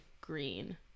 green